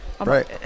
right